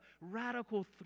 radical